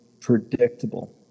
predictable